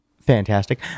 fantastic